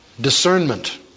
discernment